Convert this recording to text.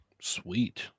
sweet